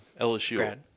LSU